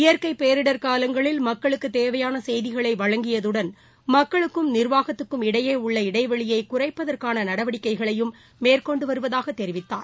இயற்கை பேரிடர் காலங்களில் மக்களுக்குத் தேவையான செய்திகளை வழங்கியதுடன் மக்களுக்கும் நிர்வாகத்துக்கும் இடையே உள்ள இடைவெளியை குறைப்பதற்கான நடவடிக்கைகளையும் மேற்கொண்டு வருவதாகத் தெரிவித்தார்